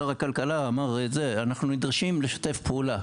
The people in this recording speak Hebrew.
שר הכלכלה אמר, אנחנו נדרשים לשתף פעולה.